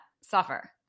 suffer